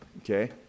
Okay